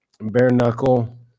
bare-knuckle